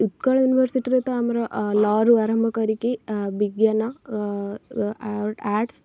ଉତ୍କଳ ୟୁନିଭରସିଟିରୁ ତ ଆମର ଲ'ରୁ ଆରମ୍ଭ କରିକି ବିଜ୍ଞାନ ଆର୍ଟ୍ସ